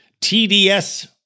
TDS